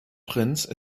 prince